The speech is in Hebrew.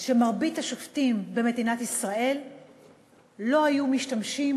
שמרבית השופטים במדינת ישראל לא היו משתמשים